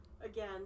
again